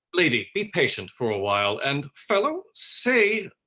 lady, be patient for a while and fellow, say,